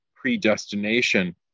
predestination